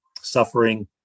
suffering